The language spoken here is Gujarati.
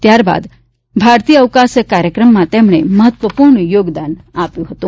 ત્યારબાદ ભારતીય અવકાશ કાર્યક્રમમાં તેમણે મહત્વપૂર્ણ યોગદાન આપ્યું હતું